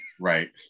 right